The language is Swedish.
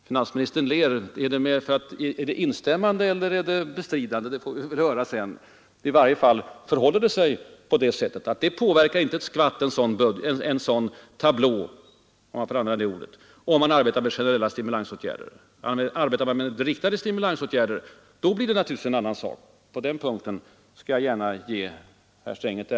— Finansministern ler, är det instämmande eller bestridande? Det får vi väl höra sedan. I varje fall förhåller det sig så att generella stimulansåtgärder inte påverkar en långtidsplan. Arbetar man med riktade stimulansåtgärder blir det naturligtvis en annan sak, på den punkten skall jag gärna ge herr Sträng rätt.